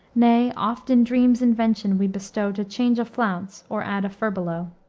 nay oft in dreams invention we bestow to change a flounce or add a furbelow.